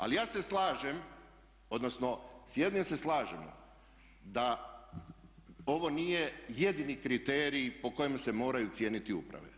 Ali ja se slažem, odnosno s jednim se slažemo, da ovo nije jedini kriterij po kojem se moraju cijeniti uprave.